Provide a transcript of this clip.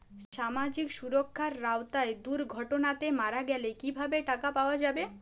সামাজিক সুরক্ষার আওতায় দুর্ঘটনাতে মারা গেলে কিভাবে টাকা পাওয়া যাবে?